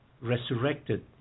resurrected